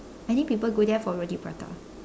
I think people go there for roti prata